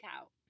out